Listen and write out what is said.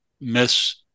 Miss